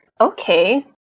okay